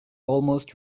almost